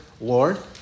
Lord